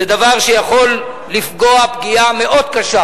זה דבר שיכול לפגוע פגיעה מאוד קשה